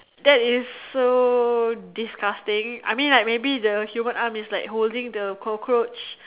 that is so disgusting I mean like maybe the human arm is like holding the cockroach